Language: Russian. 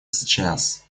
сейчас